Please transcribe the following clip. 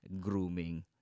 grooming